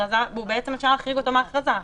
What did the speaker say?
בעצם אפשר להחריג אותו מההכרזה.